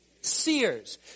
seers